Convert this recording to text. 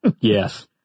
Yes